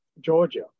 Georgia